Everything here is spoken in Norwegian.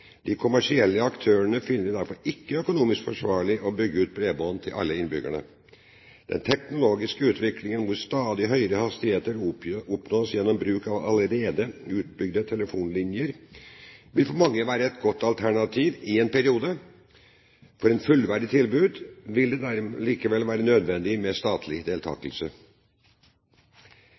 De kommersielle aktørene finner det derfor ikke økonomisk forsvarlig å bygge ut bredbånd til alle innbyggerne. Den teknologiske utviklingen hvor stadig høyere hastigheter oppnås gjennom bruk av allerede utbygde telefonlinjer, vil for mange være et godt alternativ i en periode. For et fullverdig tilbud vil det likevel være nødvendig med statlig deltakelse.